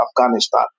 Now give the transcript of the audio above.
Afghanistan